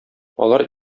алар